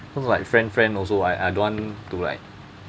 cause like friend friend also I I don't want to like